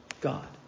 God